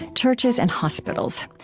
churches and hospitals.